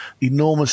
enormous